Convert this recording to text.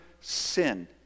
sin